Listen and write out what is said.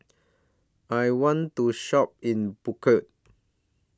I want to Shop in Baku